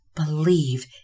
believe